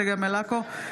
צגה מלקה,